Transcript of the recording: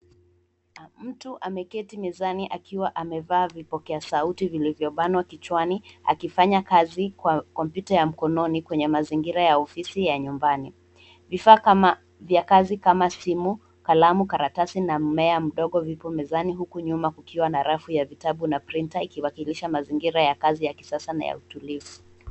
Mtu ameketi mizani akiwa amevaa vipokea sauti vilivyobanwa kichwani, akifanya kazi kwa kompyuta ya mkononi kwenye mazingira ya ofisi ya nyumbani. Vifaa kama vya kazi kama simu, kalamu, karatasi, na mmea mdogo vipo mezani huku nyuma kukiwa na rafu ya vitabu na printer ikiwakilisha mazingira ya kazi ya kisasa na ya utulivu.